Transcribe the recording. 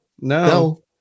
No